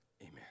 amen